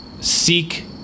seek